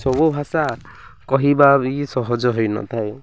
ସବୁ ଭାଷା କହିବା ବି ସହଜ ହୋଇନଥାଏ